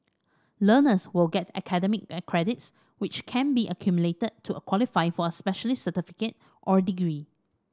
learners will get academic credits which can be accumulated to qualify for a specialist certificate or degree